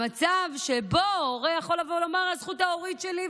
המצב שבו הורה יכול לבוא ולומר: הזכות ההורית שלי,